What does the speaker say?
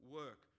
work